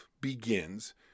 begins